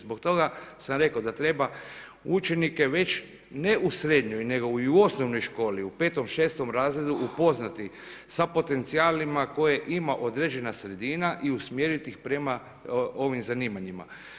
Zbog toga sam rekao da treba učenike već ne u srednjoj, nego i u osnovnoj školi u petom, šestom razredu upoznati sa potencijalima koje ima određena sredina i usmjeriti ih prema ovim zanimanjima.